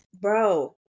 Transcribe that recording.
bro